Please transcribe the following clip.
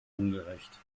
ungerecht